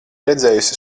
redzējusi